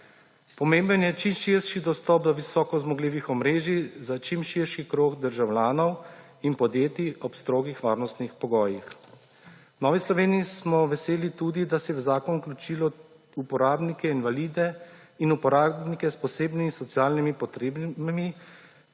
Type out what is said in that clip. Pomemben je čim širši dostop do visokozmogljivih omrežij za čim širši krog državljanov in podjetij ob strogih varnostnih pogojih. V Novi Sloveniji smo veseli tudi, da se je v zakon vključilo uporabnike invalide in uporabnike s posebnimi socialnimi potrebami,